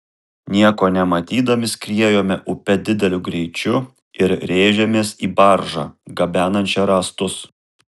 nieko nematydami skriejome upe dideliu greičiu ir rėžėmės į baržą gabenančią rąstus